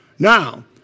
Now